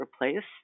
replace